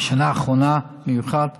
בשנה האחרונה במיוחד,